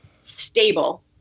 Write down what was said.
stable